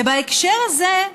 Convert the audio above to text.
ובהקשר הזה,